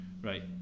right